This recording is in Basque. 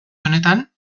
honetan